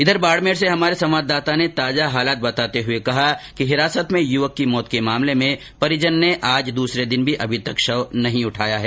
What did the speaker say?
इधर बाडमेर से हमारे संवाददाता ने ताजा हालात बताते हुए कहा कि हिरासत में युवक की मौत के मामले में परिजनों ने आज द्रसरे दिन भी अभी तक शव नहीं उठाया है